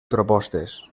propostes